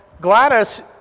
Gladys